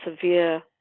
severe